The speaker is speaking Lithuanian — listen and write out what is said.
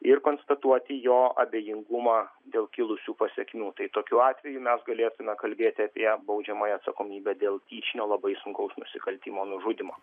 ir konstatuoti jo abejingumą dėl kilusių pasekmių tai tokiu atveju mes galėtume kalbėti apie baudžiamąją atsakomybę dėl tyčinio labai sunkaus nusikaltimo nužudymo